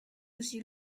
aussi